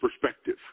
perspective